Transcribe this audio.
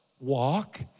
walk